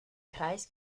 kreis